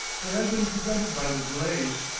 but had been prevented by the delays,